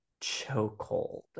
chokehold